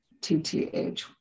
TTH